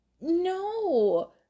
no